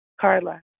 Carla